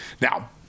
Now